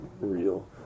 real